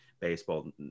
Baseball